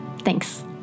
Thanks